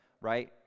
right